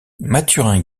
mathurin